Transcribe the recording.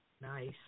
Nice